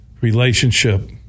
relationship